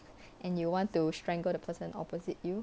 and you want to strangle the person opposite you